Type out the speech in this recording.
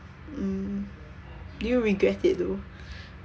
mm do you regret it though